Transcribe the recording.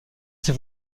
ses